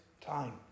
time